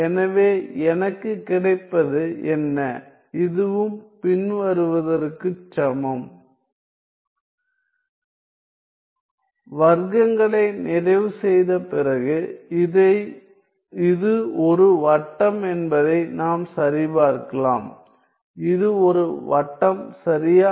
எனவே எனக்கு கிடைப்பது என்ன இதுவும் பின்வருவதற்குச் சமம் வர்க்கங்களை நிறைவு செய்த பிறகு இது ஒரு வட்டம் என்பதை நாம் சரிபார்க்கலாம் இது ஒரு வட்டம் சரியா